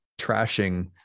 trashing